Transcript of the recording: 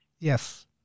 Yes